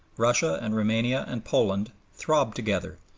russia and roumania and poland, throb together,